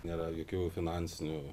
nėra jokių finansinių